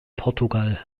portugal